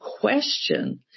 question